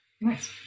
Nice